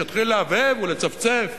שיתחיל להבהב או לצפצף?